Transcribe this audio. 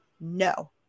no